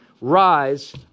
rise